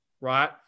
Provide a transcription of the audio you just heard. right